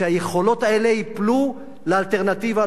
כשהיכולות האלה ייפלו לאלטרנטיבה,